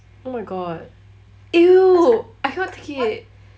oh my god !eww! I cannot take it